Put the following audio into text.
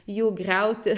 jų griauti